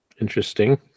Interesting